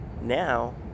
now